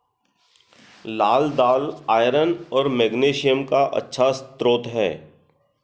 लाल दालआयरन और मैग्नीशियम का अच्छा स्रोत है